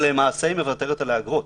אבל למעשה היא מוותרת על האגרות.